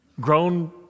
Grown